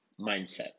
mindset